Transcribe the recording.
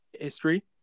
history